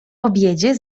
obiedzie